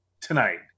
tonight